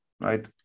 right